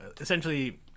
essentially